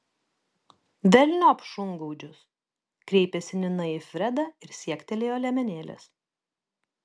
velniop šungaudžius kreipėsi nina į fredą ir siektelėjo liemenėlės